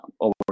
over